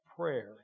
Prayer